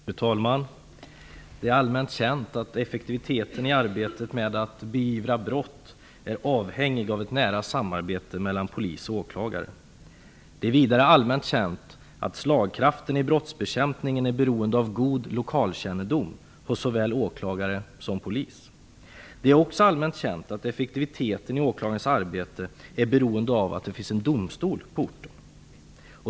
Fru talman! Det är allmänt känt att effektiviteten i arbetet med att beivra brott är avhängig av ett nära samarbete mellan polis och åklagare. Slagkraften i brottsbekämpningen är beroende av god lokalkännedom vid såväl åklagare som polis. Effektiviteten i åklagarens arbete är beroende av att det finns en domstol på orten.